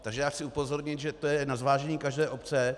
Takže chci upozornit, že je to na zvážení každé obce.